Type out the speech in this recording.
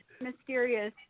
mysterious